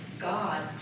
God